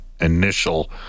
initial